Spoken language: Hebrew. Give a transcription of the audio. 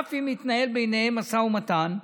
אף אם מתנהל ביניהם משא ומתן.